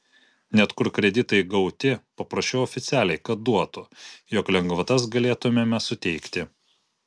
net kur kreditai gauti paprašiau oficialiai kad duotų jog lengvatas galėtumėme suteikti